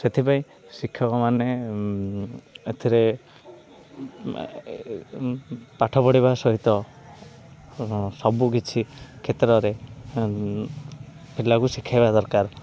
ସେଥିପାଇଁ ଶିକ୍ଷକମାନେ ଏଥିରେ ପାଠ ପଢ଼ିବା ସହିତ ସବୁକିଛି କ୍ଷେତ୍ରରେ ପିଲାକୁ ଶିଖାଇବା ଦରକାର